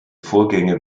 vorgänge